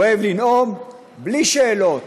הוא אוהב לנאום בלי שאלות,